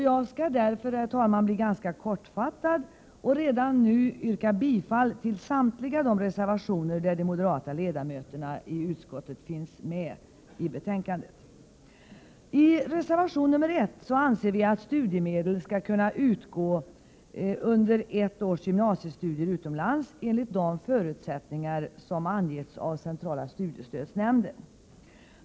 Jag skall därför, herr talman, bli ganska kortfattad och redan nu yrka bifall till samtliga reservationer av de moderata ledamöterna i utskottet. I reservation 1 anser vi att studiemedel skall kunna utgå under ett års gymnasiestudier utomlands enligt de förutsättningar som angetts av Centrala studiestödsnämnden.